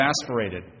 exasperated